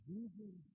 Jesus